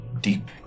deep